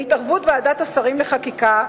בהתערבות ועדת השרים לחקיקה,